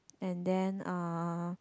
and then uh